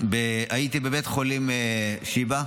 הייתי בבית חולים שיבא,